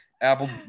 Apple